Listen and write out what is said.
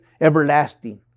everlasting